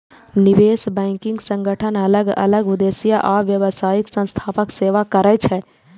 निवेश बैंकिंग संगठन अलग अलग उद्देश्य आ व्यावसायिक संस्थाक सेवा करै छै